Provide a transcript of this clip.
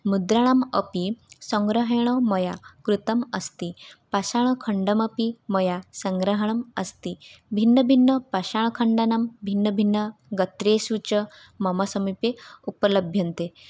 मुद्राणाम् अपि सङ्ग्रहणं मया कृतम् अस्ति पाषाणखण्डमपि मया सङ्ग्रहणम् अस्ति भिन्नभिन्नपाषाणखण्डानां भिन्नभिन्नगात्रेषु च मम समीपे उपलभ्यन्ते